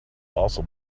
also